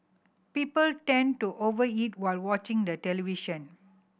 people tend to over eat while watching the television